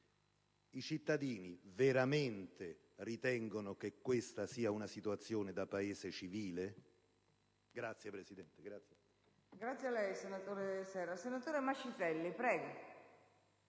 I cittadini veramente ritengono che questa sia una situazione da Paese civile? PRESIDENTE.